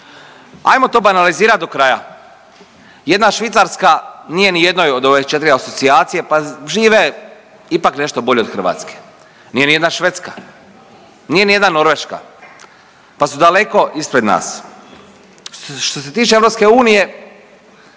Ajmo to banalizirat do kraja. Jedna Švicarska nije ni u jednoj od ove 4 asocijacije pa žive ipak nešto bolje od Hrvatske. Nije ni jedna Švedska. Nije ni jedna Norveška pa su daleko ispred nas. Što se tiče EU